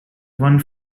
one